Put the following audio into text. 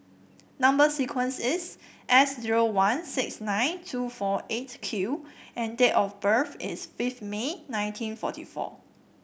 number sequence is S zero one six nine two four Eight Q and date of birth is fifth May nineteen forty four